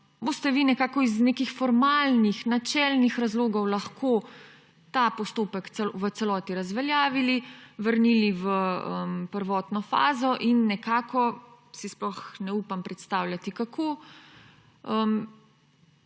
boste vi iz nekih formalnih, načelnih razlogov lahko ta postopek v celoti razveljavili, vrnili v prvotno fazo in nekako, si sploh ne upam predstavljati kako,